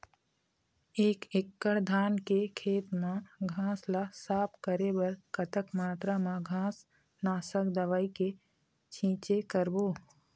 एक एकड़ धान के खेत मा घास ला साफ करे बर कतक मात्रा मा घास नासक दवई के छींचे करबो?